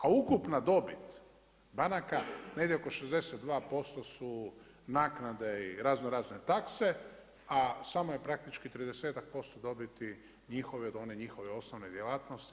A ukupna dobit banaka, negdje oko 62% su naknade i raznorazne takse, a samo je praktički tridesetak posto dobiti njihove od one njihove osnovne djelatnosti.